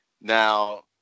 Now